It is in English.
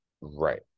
Right